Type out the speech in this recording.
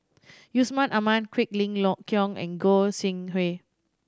Yusman Aman Quek Ling Kiong and Goi Seng Hui